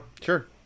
Sure